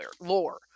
lore